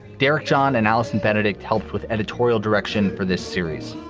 derek john and allison benedicte helped with editorial direction for this series.